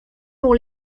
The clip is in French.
pour